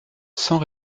sans